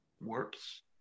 works